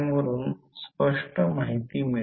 तर जर डेरीवेटीव्ह घेतले तर v2 100 cosine 400 t होईल